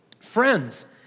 Friends